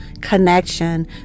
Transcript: connection